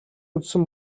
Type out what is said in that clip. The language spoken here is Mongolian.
үзсэн